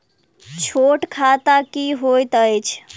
छोट खाता की होइत अछि